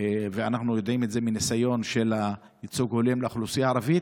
ואנחנו יודעים את זה מניסיון של ייצוג הולם לאוכלוסייה הערבית,